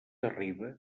arriba